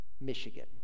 Michigan